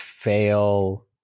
fail